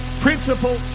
principle